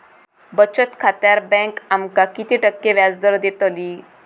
बचत खात्यार बँक आमका किती टक्के व्याजदर देतली?